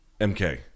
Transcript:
MK